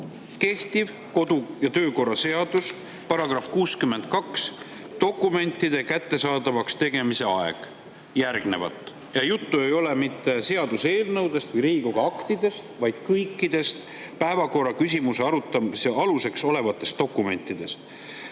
kehtiva kodu‑ ja töökorra seaduse § 62 "Dokumentide kättesaadavaks tegemise aeg" järgnevat. Ja juttu ei ole mitte seaduseelnõudest või Riigikogu aktidest, vaid kõikidest päevakorraküsimuse arutamise aluseks olevatest dokumentidest,